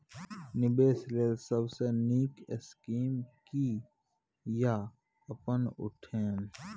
निवेश लेल सबसे नींक स्कीम की या अपन उठैम?